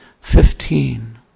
fifteen